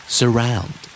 surround